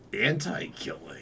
anti-killing